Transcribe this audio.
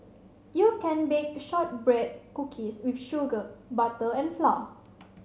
you can bake shortbread cookies with sugar butter and flour